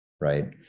right